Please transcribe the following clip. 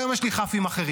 היום יש לי כ"פים אחרים,